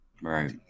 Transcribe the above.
Right